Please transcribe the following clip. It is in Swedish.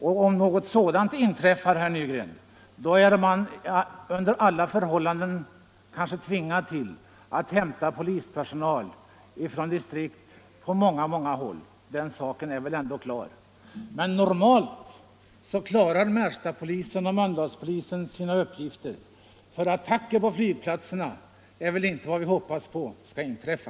Och om något sådant inträffar, herr Nygren, är man under alla förhållanden tvingad att hämta polispersonal från distrikt på många håll; den saken är väl ändå klar. Men normalt klarar Märstapolisen och Mölndalspolisen sina uppgifter. Attacker på flygplatserna är väl inte vad vi räknar med skall inträffa.